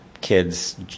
kids